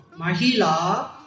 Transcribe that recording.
Mahila